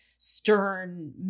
stern